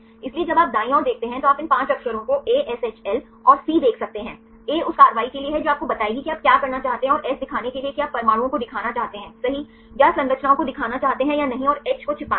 इसलिए जब आप दाईं ओर देखते हैं तो आप इन 5 अक्षरों को ASHL और C देख सकते हैं ए उस कार्रवाई के लिए है जो आपको बताएगी कि आप क्या करना चाहते हैं और एस दिखाने के लिए है कि आप परमाणुओं को दिखाना चाहते हैं सही या संरचनाओं को दिखाना चाहते हैं या नहीं और एच को छिपाना है